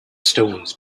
stones